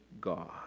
God